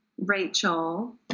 Rachel